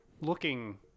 looking